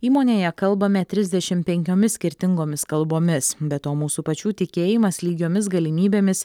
įmonėje kalbame trisdešim penkiomis skirtingomis kalbomis be to mūsų pačių tikėjimas lygiomis galimybėmis